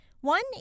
One